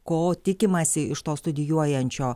ko tikimasi iš to studijuojančio